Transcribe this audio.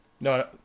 No